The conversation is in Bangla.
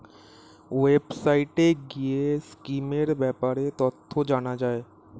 ওয়েবসাইটে গিয়ে স্কিমের ব্যাপারে তথ্য জানা যায়